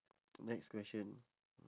next question